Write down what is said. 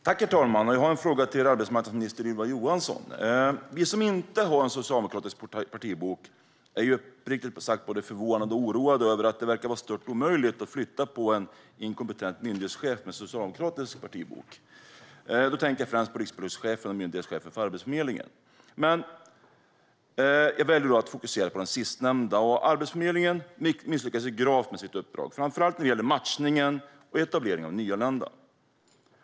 Herr talman! Jag har en fråga till arbetsmarknadsminister Ylva Johansson. Vi som inte har en socialdemokratisk partibok är uppriktigt sagt både förvånade och oroade över att det verkar var stört omöjligt att flytta på en inkompetent myndighetschef med socialdemokratisk partibok. Jag tänker främst på rikspolischefen och myndighetschefen för Arbetsförmedlingen. Jag väljer att fokusera på den sistnämnda. Arbetsförmedlingen misslyckades gravt med sitt uppdrag framför allt när det gäller matchningen och etableringen av nyanlända.